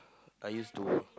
I used to